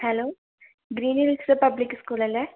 hello green hills public school അല്ലേ